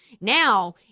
Now –